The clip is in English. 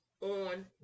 on